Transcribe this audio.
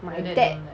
my dad